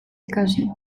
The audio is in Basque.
ikasi